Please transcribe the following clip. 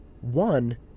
one